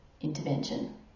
intervention